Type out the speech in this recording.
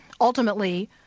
ultimately